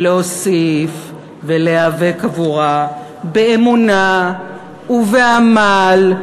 ולהוסיף ולהיאבק עבורה באמונה ובעמל,